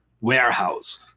warehouse